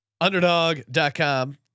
Underdog.com